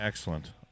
Excellent